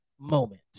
moment